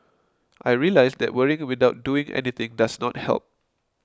I realised that worrying without doing anything does not help